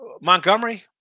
Montgomery